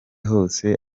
hose